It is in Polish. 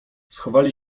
schowali